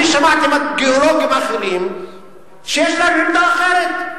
אני שמעתי מגיאולוגים אחרים שיש להם עמדה אחרת.